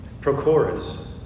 Prochorus